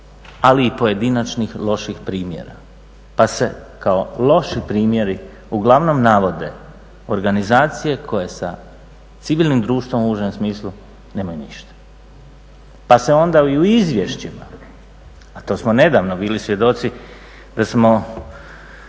ali i pojedinačnih lošim primjera pa se kao loši primjeri uglavnom navode organizacije koje sa civilnim društvom u užem smislu nemaju ništa pa se onda i u izvješćima, a to smo nedavno bili svjedoci da smo